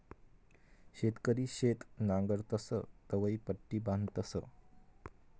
शेतकरी शेत नांगरतस तवंय पट्टी बांधतस